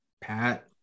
Pat